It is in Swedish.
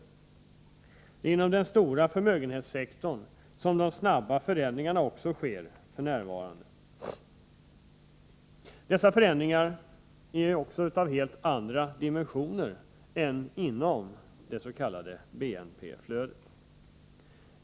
Det är inom den stora förmögenhetssektorn som de snabba förändringarna sker f.n. Dessa förändringar är av helt andra dimensioner än inom det s.k. BNP-flödet.